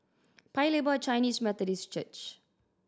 Paya Lebar Chinese Methodist Church